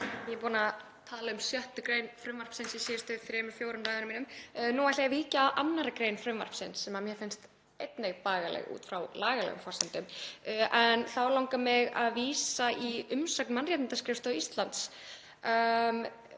Ég er búin að tala um 6. gr. frumvarpsins í síðustu þremur, fjórum ræðum mínum. Nú ætla ég að víkja að 2. gr. frumvarpsins, sem mér finnst einnig bagaleg út frá lagalegum forsendum. Þá langar mig að vísa í umsögn Mannréttindaskrifstofu Íslands